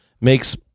makes